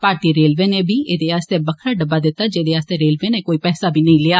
भारतीय रेलवे नै बी एह्दे आस्तै बक्खरा डब्बा दित्ता जेहदे आस्तै रेलवे नै कोई पैसा बी नेई लेया